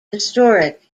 historic